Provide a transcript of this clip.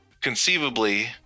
conceivably